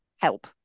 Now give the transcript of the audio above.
help